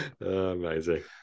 amazing